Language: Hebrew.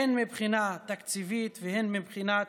הן מבחינה תקציבית והן מבחינת